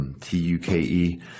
T-U-K-E